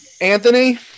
Anthony